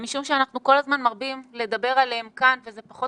ומשום שאנחנו כל הזמן מרבים לדבר עליהם כאן וזה פחות